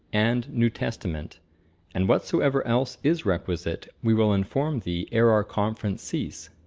and new testament and whatsoever else is requisite we will inform thee ere our conference cease.